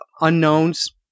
unknowns